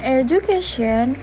education